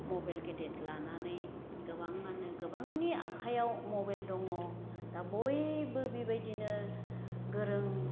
मबेल गेदेद लानानै गोबाङानो गोबांनि आखायाव मबेल दङ दा बयबो बेबायदिनो गोरों